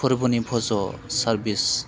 फोरबुनि फोज' सारभिस